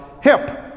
hip